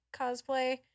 Cosplay